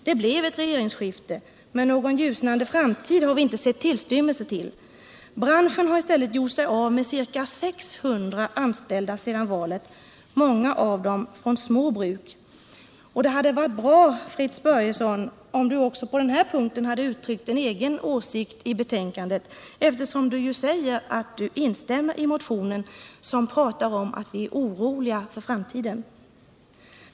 Det blev ett regeringsskifte, men någon ljusnande framtid har vi inte sett tillstymmelsen till. Branschen har i stället gjort sig av med ca 600 anställda sedan valet, många av dem från små bruk. Det hade varit bra om Fritz Börjesson även på denna punkt hade uttryckt en egen åsikt i betänkandet, eftersom han instämmer i motionen, där vi talar om att vi är oroliga för framtiden.